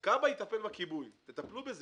רק למניעת השלכה, לא לכיבוי, רק